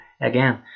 again